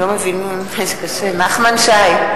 נגד נחמן שי,